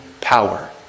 power